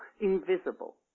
Invisible